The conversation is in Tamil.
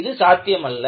இது சாத்தியமல்ல